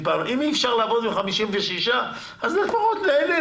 אם אי אפשר לעבוד עם 56 אז לפחות נהנה,